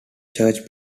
church